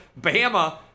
Bama